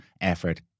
effort